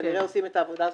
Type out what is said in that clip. שכנראה עושים את העבודה הזאת,